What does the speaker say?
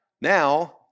Now